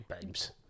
Babes